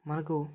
మనకు